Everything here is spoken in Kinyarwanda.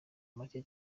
macye